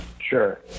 Sure